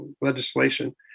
legislation